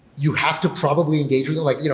you have to probably engage with like you know